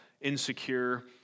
insecure